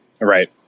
Right